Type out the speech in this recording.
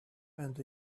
and